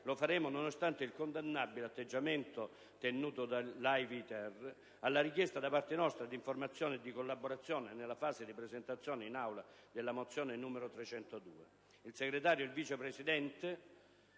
Lo faremo nonostante il condannabile atteggiamento tenuto dall'AIVITER alla richiesta da parte nostra di informazioni e di collaborazione nella fase di presentazione in Aula della mozione n. 302.